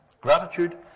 Gratitude